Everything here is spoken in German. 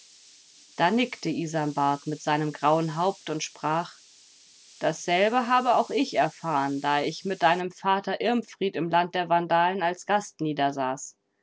da nickte isanbart mit seinem grauen haupt und sprach dasselbe habe auch ich erfahren da ich mit deinem vater irmfried im land der vandalen als gast